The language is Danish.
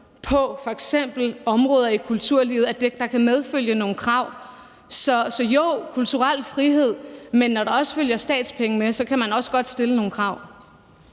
på f.eks. områder i kulturlivet, kan medfølge nogle krav. Så jo, der skal være kulturel frihed, men når der følger statspenge med, kan man også godt stille nogle krav.